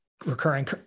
Recurring